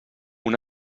una